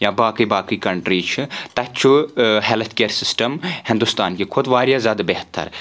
یا باقٕے باقٕے کَنٛٹٕرِیٖز چھِ تَتہِ چھُ ہِیٚلٕتھ کِیَر سِسٹَم ہِندوستَانٛکہِ کھۄتہٕ واریاہ زیادٕ بہتر